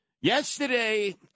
Yesterday